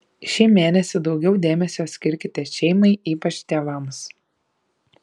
šį mėnesį daugiau dėmesio skirkite šeimai ypač tėvams